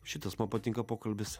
šitas man patinka pokalbis